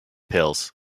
pills